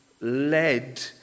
led